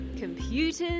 ..computers